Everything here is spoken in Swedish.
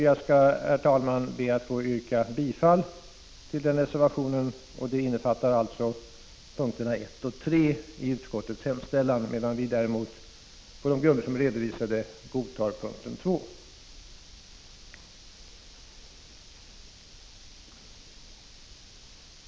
Jag skall, herr talman, be att få yrka bifall till den reservationen. Den gäller punkterna 1 och 3 i utskottets hemställan, medan vi på de grunder som är redovisade godtar punkten 2.